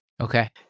Okay